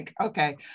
okay